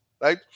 right